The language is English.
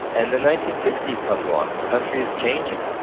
and the nineteen sixty s comes along and the country is changing.